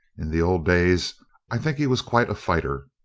in the old days i think he was quite a fighter.